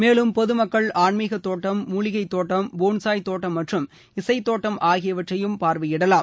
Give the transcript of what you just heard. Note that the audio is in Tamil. மேலும் பொது மக்கள் ஆன்மீகத் தோட்டம் மூலிகை தோட்டம் போன்சாய் தோட்டம் மற்றும் இசை தோட்டம் ஆகியவற்றையும் பார்வையிடலாம்